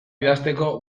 idazteko